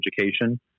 education